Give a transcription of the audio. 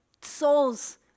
souls